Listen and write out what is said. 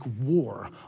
war